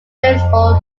baseball